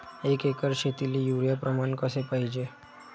एक एकर शेतीले युरिया प्रमान कसे पाहिजे?